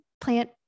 plant